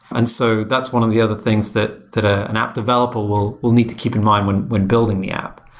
and so that's one of the other things that that ah an app developer will will need to keep in mind when when building the app.